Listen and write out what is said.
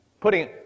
putting